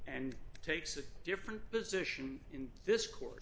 and takes a different position in this court